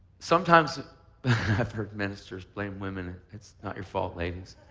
sometimes i've heard ministers blame women. it's not your fault, ladies.